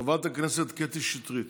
חברת הכנסת קטי שטרית.